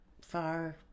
far